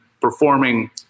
performing